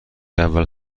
اول